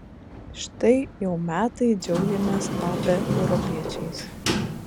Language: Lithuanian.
štai jau metai džiaugiamės tapę europiečiais